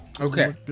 Okay